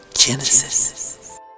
Genesis